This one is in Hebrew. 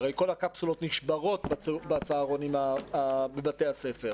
הרי כל הקפסולות נשברות בצהרונים בבתי הספר.